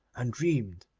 and dreamed,